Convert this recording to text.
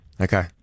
Okay